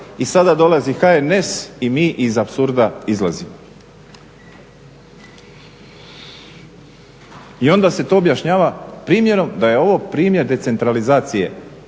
i sada dolazi HNS i mi iz apsurda izlazimo. I onda se to objašnjava primjerom da je ovo primjer decentralizacije